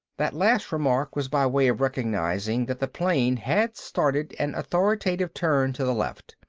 that last remark was by way of recognizing that the plane had started an authoritative turn to the left.